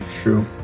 True